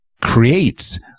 creates